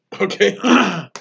Okay